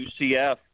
UCF